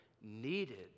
needed